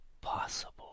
possible